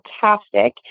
fantastic